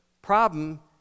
Problem